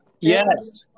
Yes